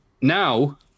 Now